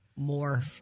more